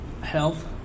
health